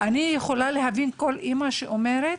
יכולה להבין כל אמא שאומרת: